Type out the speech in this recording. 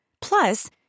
Plus